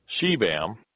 Shebam